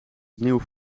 opnieuw